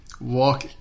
walk